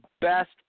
best